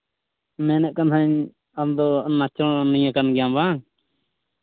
ᱢᱮᱱᱮᱫ ᱠᱟᱱ ᱛᱟᱦᱮᱱᱤᱧ ᱟᱢᱫᱚ ᱱᱟᱪᱚᱱᱤᱭᱟᱹ ᱠᱟᱱ ᱜᱮᱭᱟᱢ ᱵᱟᱝ